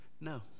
No